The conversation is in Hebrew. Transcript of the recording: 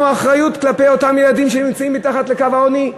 אחריות כלפי אותם ילדים שנמצאים מתחת לקו העוני?